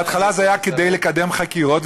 בהתחלה זה היה כדי לקדם חקירות,